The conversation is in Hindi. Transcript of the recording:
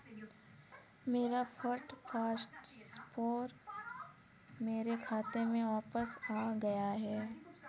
मेरा फंड ट्रांसफर मेरे खाते में वापस आ गया है